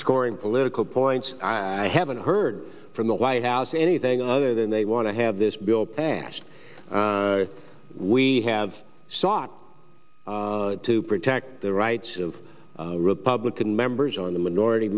scoring political points i haven't heard from the white house anything other than they want to have this bill passed we have sought to protect the rights of republican members on the minority